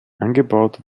angebaut